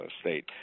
state